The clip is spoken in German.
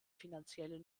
finanzielle